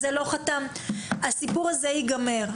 הסיפור הזה ייגמר,